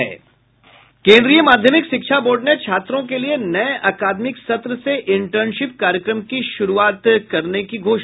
केंद्रीय माध्यमिक शिक्षा बोर्ड ने छात्रों के लिये नये अकादमिक सत्र से इंटर्नशिप कार्यक्रम की शुरूआत करेगा